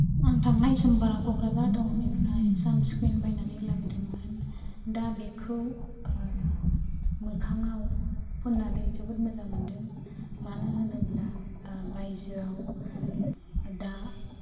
आं थांनाय समबाराव क'क्राझार टाउननिफ्राय सानस्क्रिन बायनानै लाबोदोंमोन दा बेखौ मोखाङाव फुननानै जोबोद मोजां मोनदों मानो होनोब्ला बायजोआव दा